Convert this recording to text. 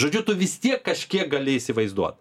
žodžiu tu vis tiek kažkiek gali įsivaizduot